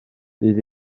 bydd